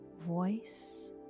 voice